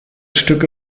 stücke